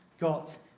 got